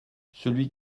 celui